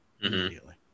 immediately